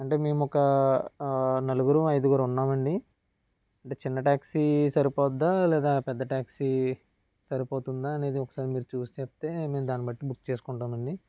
అంటే మేము ఒక ఆ నలుగురం ఐదుగురం ఉన్నాం అండి అంటే చిన్న టాక్సీ సరిపోద్దా లేదా పెద్ద టాక్సీ సరిపోతుందా అనేది ఒకసారి మీరు చూసి చెప్తే మేము దాని బట్టి బుక్ చేసుకుంటాం అండి